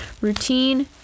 Routine